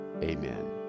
Amen